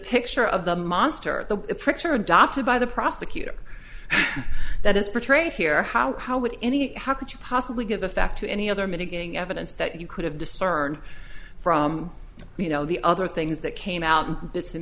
picture of the monster the picture adopted by the prosecutor that is portrayed here how how would any how could you possibly give effect to any other mitigating evidence that you could have discerned from you know the other things that came out in bits and